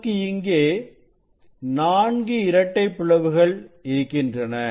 நமக்கு இங்கே நான்கு இரட்டைப் பிளவுகள் இருக்கின்றன